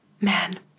Man